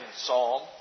psalm